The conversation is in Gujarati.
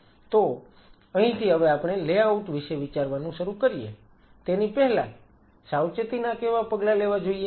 તો અહીંથી હવે આપણે લેઆઉટ વિશે વિચારવાનું શરૂ કરીએ તેની પહેલાં જ સાવચેતીનાં કેવા પગલાં લેવા જોઈએ